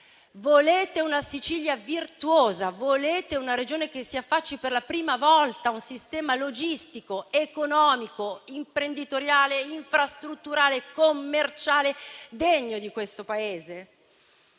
Volete una Sicilia virtuosa, una Regione che si affacci per la prima volta a un sistema logistico, economico, imprenditoriale, infrastrutturale e commerciale degno di questo Paese?